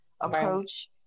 approach